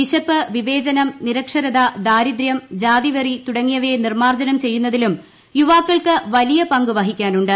വിശപ്പ് വിവേചനം നിരക്ഷരത ദാരിദ്ര്യം ജാതിവെറി തുടങ്ങിയവയെ നിർമ്മാർജ്ജനം ചെയ്യുന്നതിലും യുവാക്കൾക്ക് വലിയ പങ്കുവഹിക്കാനുണ്ട്